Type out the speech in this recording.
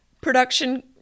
production